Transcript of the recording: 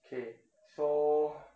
K so